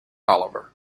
oliver